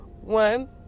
one